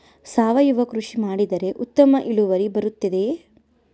ಸಾವಯುವ ಕೃಷಿ ಮಾಡಿದರೆ ಉತ್ತಮ ಇಳುವರಿ ಬರುತ್ತದೆಯೇ?